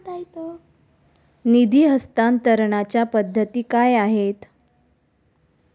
निधी हस्तांतरणाच्या पद्धती काय आहेत?